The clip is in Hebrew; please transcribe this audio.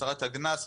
השרה להגנת הסביבה,